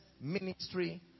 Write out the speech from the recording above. ministry